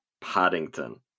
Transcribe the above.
Paddington